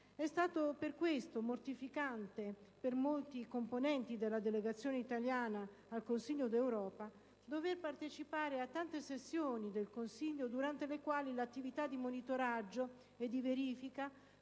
È stato per questo mortificante per molti componenti della delegazione italiana al Consiglio d'Europa dover partecipare a tante sessioni del Consiglio durante le quali l'attività di monitoraggio e di verifica